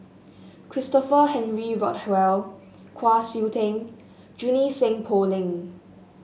Christopher Henry Rothwell Kwa Siew Tee Junie Sng Poh Leng